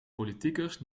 politiekers